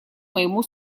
моему